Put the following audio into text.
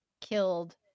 killed